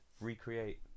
recreate